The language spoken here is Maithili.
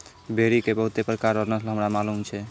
भेड़ी के बहुते प्रकार रो नस्ल हमरा मालूम छै